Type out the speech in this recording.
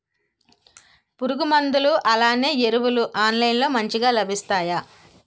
పురుగు మందులు అలానే ఎరువులు ఆన్లైన్ లో మంచిగా లభిస్తాయ?